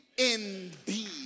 Indeed